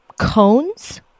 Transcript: cones